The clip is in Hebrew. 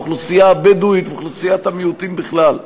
האוכלוסייה הבדואית ואוכלוסיית המיעוטים בכלל.